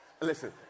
Listen